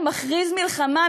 שמכריז מלחמה,